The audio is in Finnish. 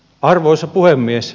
arvoisa puhemies